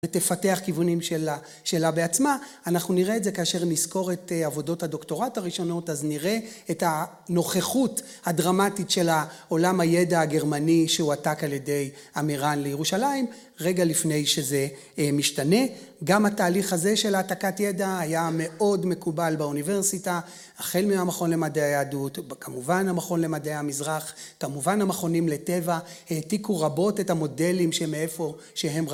ותפתח כיוונים שלה בעצמה. אנחנו נראה את זה כאשר נזכור את עבודות הדוקטורט הראשונות, אז נראה את הנוכחות הדרמטית של העולם הידע הגרמני שהועתק על ידי אמירן לירושלים, רגע לפני שזה משתנה. גם התהליך הזה של העתקת ידע היה מאוד מקובל באוניברסיטה, החל מהמכון למדעי היהדות, כמובן המכון למדעי המזרח, כמובן המכונים לטבע העתיקו רבות את המודלים שהם מאיפה, שהם...